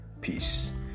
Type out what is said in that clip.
peace